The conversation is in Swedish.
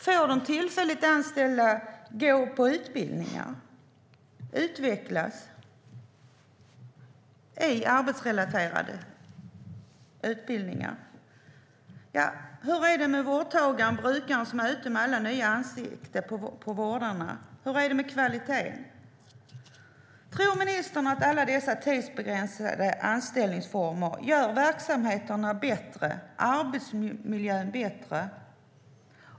Får de tillfälligt anställda gå arbetsrelaterade utbildningar och utvecklas? Hur är det med vårdtagarens eller brukarens möte med alla nya ansikten hos vårdarna? Hur är det med kvaliteten? Tror ministern att alla dessa tidsbegränsade anställningsformer gör verksamheterna och arbetsmiljön bättre?